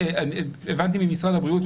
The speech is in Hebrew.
הבנתי ממשרד הבריאות,